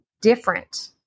different